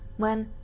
when,